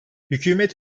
hükümet